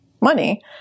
money